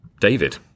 David